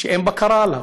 שאין בקרה עליו,